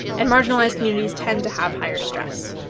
and marginalized communities tend to have higher stress.